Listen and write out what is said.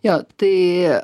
jo tai